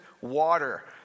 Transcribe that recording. water